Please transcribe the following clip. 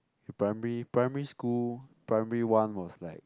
in primary primary school primary one was like